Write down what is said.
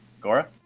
Gora